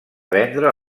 vendre